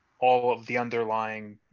all. of the underlying